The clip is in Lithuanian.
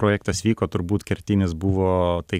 projektas vyko turbūt kertinis buvo tai